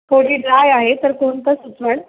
थोडी ड्राय आहे तर कोणतं सुचवाल